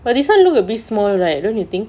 but this one look a bit small right don't you think